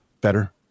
better